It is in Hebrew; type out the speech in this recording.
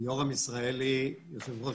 יושב ראש